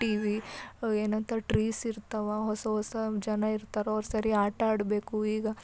TV ಏನಂತಾರೆ trees ಇರ್ತವ ಹೊಸ ಹೊಸ ಜನ ಇರ್ತಾರ ಅವ್ರು ಸೇರಿ ಆಟ ಆಡಬೇಕು ಈಗ